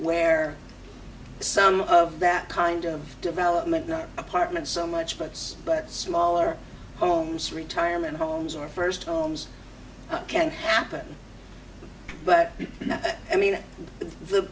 where some of that kind of development not apartments so much beds but smaller homes retirement homes or first homes can happen but now i mean